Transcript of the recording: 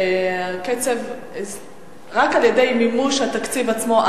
רק על-ידי מימוש התקציב עצמו,